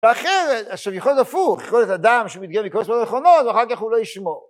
אחרת, עכשיו יכול להפוך, יכול להיות אדם שמגיע מכל הסיבות הלא נכונות, ואחר כך הוא לא ישמור.